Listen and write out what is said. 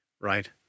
right